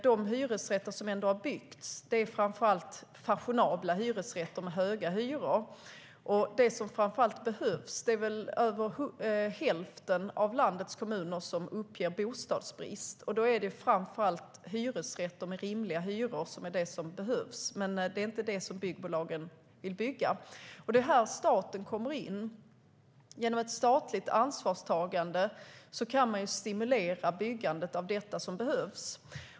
De hyresrätter som ändå har byggts är framför allt fashionabla hyresrätter med höga hyror. Över hälften av landets kommuner uppger att de har bostadsbrist, och det är framför allt hyresrätter med rimliga hyror som behövs. Det är dock inte det byggbolagen vill bygga, och det är här staten kommer in. Genom ett statligt ansvarstagande kan man stimulera byggandet av det som behövs.